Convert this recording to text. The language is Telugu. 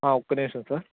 ఒక్క నిమిషం సార్